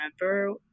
remember